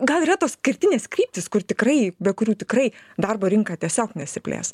gal yra tos kertinės kryptys kur tikrai be kurių tikrai darbo rinka tiesiog nesiplės